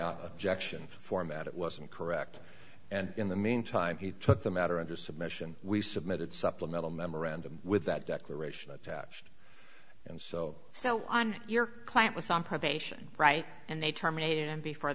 objection format it wasn't correct and in the meantime he took the matter into submission we submitted supplemental memorandum with that declaration attached and so so on your client was on probation right and they terminated him before